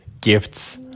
gifts